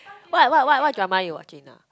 what what what what drama you watching now